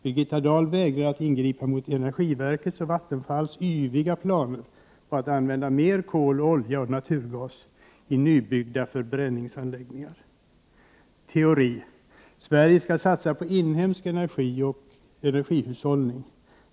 Birgitta Dahl vägrar att ingripa mot Energiverkets och Vattenfalls yviga planer på en mer omfattande användning av kol, olja och naturgas i nybyggda förbränningsanläggningar. Teori: Sverige skall satsa på inhemsk energi och energihushållning.